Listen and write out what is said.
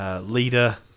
leader